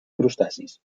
crustacis